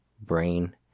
brain